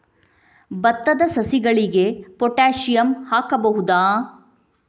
ಭತ್ತದ ಸಸಿಗಳಿಗೆ ಪೊಟ್ಯಾಸಿಯಂ ಹಾಕಬಹುದಾ?